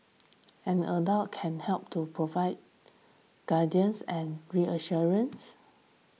an adult can help to provide guidance and reassurance